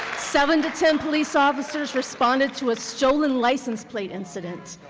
seven to ten police officers responded to a stolen license plate incident.